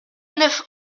neuf